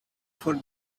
for